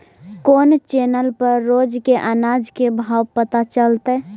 कोन चैनल पर रोज के अनाज के भाव पता चलतै?